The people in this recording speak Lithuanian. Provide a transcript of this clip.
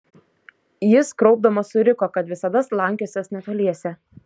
jis kraupdamas suriko kad visada slankiosiąs netoliese